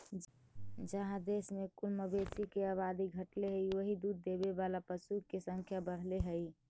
जहाँ देश में कुल मवेशी के आबादी घटले हइ, वहीं दूध देवे वाला पशु के संख्या बढ़ले हइ